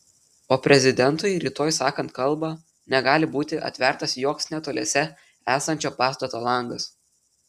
o prezidentui rytoj sakant kalbą negali būti atvertas joks netoliese esančio pastato langas